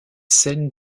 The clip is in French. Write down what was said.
saines